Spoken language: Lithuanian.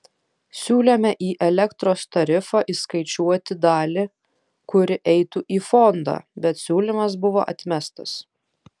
siūlėme į elektros tarifą įskaičiuoti dalį kuri eitų į fondą bet siūlymas buvo atmestas